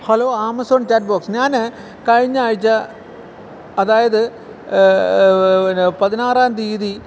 hello Amazon chat box ഞാൻ കഴിഞ്ഞ ആഴ്ച്ച അതായത് പിന്നെ പതിനാറാം തീയ്യതി